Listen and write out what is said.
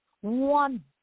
one